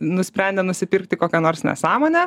nusprendė nusipirkti kokią nors nesąmonę